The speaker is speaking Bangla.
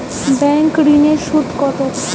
ব্যাঙ্ক ঋন এর সুদ কত?